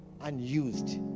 unused